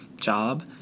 job